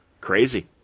Crazy